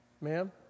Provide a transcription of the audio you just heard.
Ma'am